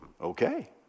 okay